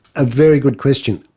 a very good question.